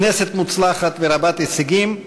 כנסת מוצלחת ורבת-הישגים,